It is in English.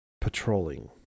patrolling